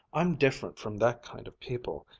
i'm different from that kind of people.